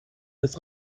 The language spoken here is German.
des